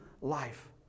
life